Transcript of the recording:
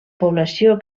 població